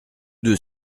deux